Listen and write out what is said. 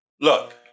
Look